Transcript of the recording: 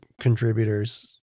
contributors